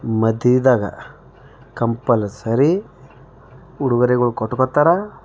ಮದ್ವೆದಾಗ compulsory ಉಡುಗೊರೆಗಳು ಕೊಟ್ಕೋತಾರೆ